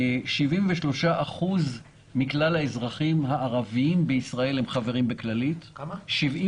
73% מכלל האזרחים הערבים בישראל חברים בכללית, ¾